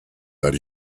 that